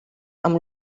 amb